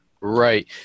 Right